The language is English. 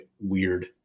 weird